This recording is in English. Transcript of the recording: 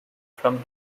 from